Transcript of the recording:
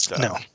no